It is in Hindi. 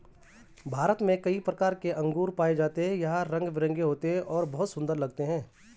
भारत में कई प्रकार के अंगूर पाए जाते हैं यह रंग बिरंगे होते हैं और बहुत सुंदर लगते हैं